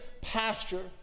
pasture